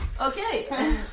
Okay